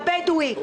הבדואי,